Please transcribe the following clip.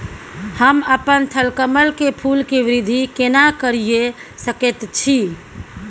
हम अपन थलकमल के फूल के वृद्धि केना करिये सकेत छी?